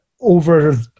over